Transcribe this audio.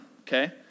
okay